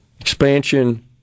Expansion